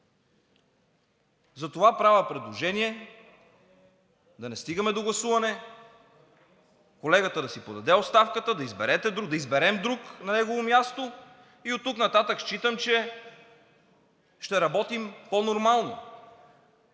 Затова правя предложение: да не стигаме до гласуване, колегата да си подаде оставката, да изберем друг на негово място и оттук нататък считам, че ще работим по-нормално.